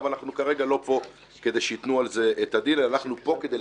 אבל כרגע אנחנו פה לא כדי שייתנו על זה את הדין אלא אנחנו פה אתך,